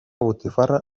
botifarra